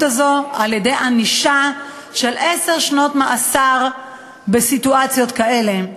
הזו על-ידי ענישה של עשר שנות מאסר בסיטואציות כאלה.